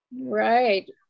right